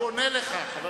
הוא עונה לך.